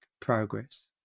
progress